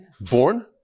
born